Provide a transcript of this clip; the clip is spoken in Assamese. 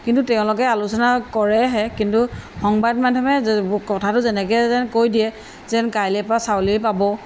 কিন্তু তেওঁলোকে আলোচনা কৰেহে কিন্তু সংবাদ মাধ্যমে কথাটো যেনেকৈ যেন কৈ দিয়ে যেন কাইলৈ পা চাউলেই পাব